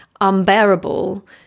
unbearable